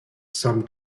some